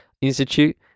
Institute